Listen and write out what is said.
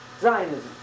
Zionism